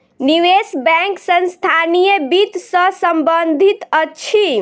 निवेश बैंक संस्थानीय वित्त सॅ संबंधित अछि